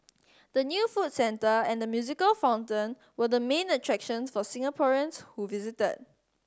the new food centre and the musical fountain were the main attractions for Singaporeans who visited